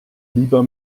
lieber